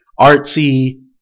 artsy